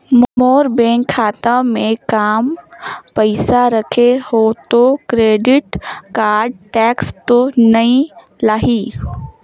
मोर bank खाता मे काम पइसा रखे हो तो क्रेडिट कारड टेक्स तो नइ लाही???